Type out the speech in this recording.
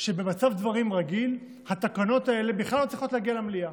שבמצב דברים רגיל התקנות האלה בכלל לא צריכות להגיע למליאה.